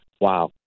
wow